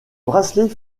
bracelets